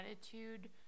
attitude